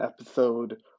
episode